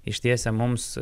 ištiesę mums